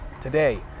today